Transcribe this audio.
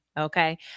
Okay